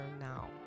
now